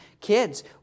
Kids